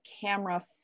camera